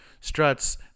struts